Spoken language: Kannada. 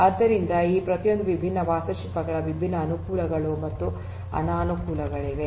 ಆದ್ದರಿಂದ ಈ ಪ್ರತಿಯೊಂದು ವಿಭಿನ್ನ ವಾಸ್ತುಶಿಲ್ಪಗಳ ವಿಭಿನ್ನ ಅನುಕೂಲಗಳು ಮತ್ತು ಅನಾನುಕೂಲಗಳಿವೆ